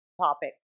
topic